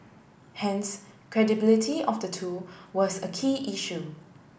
hence credibility of the two was a key issue